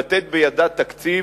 לתת בידה תקציב,